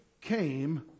came